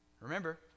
Remember